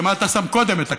למה אתה שם קודם את הכסף.